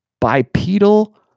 Bipedal